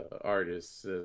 artists